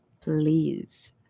please